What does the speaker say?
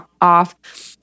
off